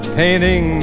painting